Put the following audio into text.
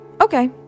Okay